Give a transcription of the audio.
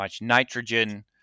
nitrogen